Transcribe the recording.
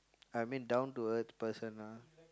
I mean down to earth person ah